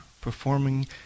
performing